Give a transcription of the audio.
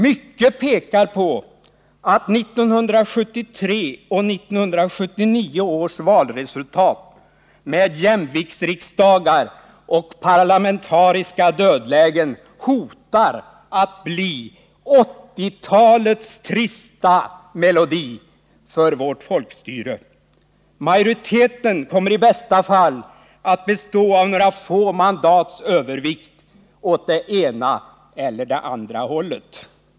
Mycket pekar på att 1973 och 1979 års valresultat med jämviktsriksdagar och parlamentariska dödlägen hotar att bli 1980-talets trista melodi för vårt folkstyre. Majoriteten kommer i bästa fall att bestå av några få mandats övervikt åt det ena eller det andra hållet.